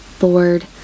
Lord